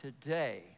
today